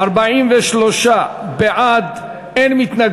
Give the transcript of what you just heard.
הודעת הממשלה על רצונה